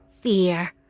fear